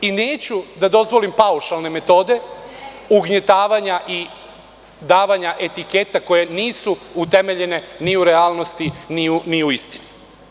Neću da dozvolim paušalne metode ugnjetavanja i davanja etiketa koje nisu utemeljene ni u realnosti ni u istini.